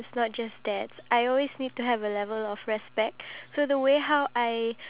like be it any topic I would always